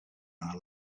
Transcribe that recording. our